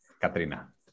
Katrina